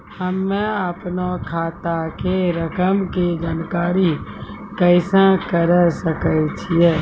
हम्मे अपनो खाता के रकम के जानकारी कैसे करे सकय छियै?